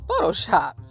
Photoshop